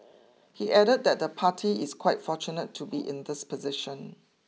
he added that the party is quite fortunate to be in this position